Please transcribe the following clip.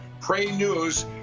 PRAYNEWS